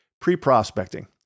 Pre-prospecting